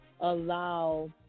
allow